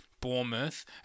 Bournemouth